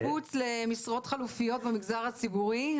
ולגבי השיבוץ למשרות חלופיות במגזר הציבורי,